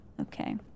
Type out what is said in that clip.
Okay